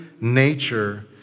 nature